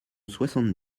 soixante